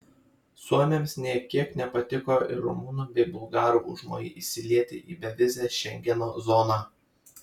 suomiams nė kiek nepatiko ir rumunų bei bulgarų užmojai įsilieti į bevizę šengeno zoną